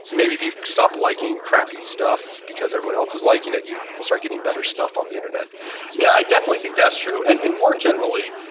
so maybe if you stop liking crappy stuff because everyone else is liking it, you will start getting better stuff on the internet yeah, i definitely think that's true. and and more generally,